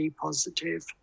positive